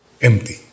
Empty